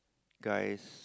guys